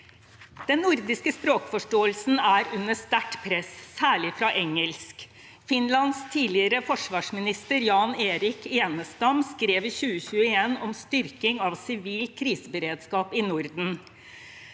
Den nordiske språkforståelsen er under sterkt press, særlig fra engelsk. Finlands tidligere forsvarsminister, Jan-Erik Enestam, skrev i 2021 om styrking av sivil kriseberedskap i Norden.